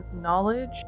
knowledge